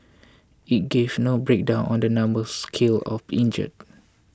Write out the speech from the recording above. it gave no breakdown on the numbers killed or injured